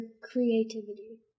creativity